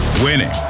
Winning